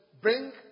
Bring